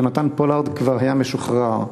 יונתן פולארד כבר היה משוחרר.